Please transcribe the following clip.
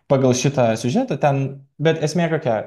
pagal šitą siužetą ten bet esmė kokia